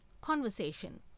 conversation